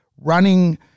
running